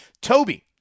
Toby